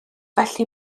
felly